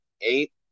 eight